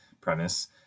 premise